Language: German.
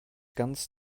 ganz